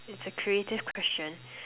it's a creative question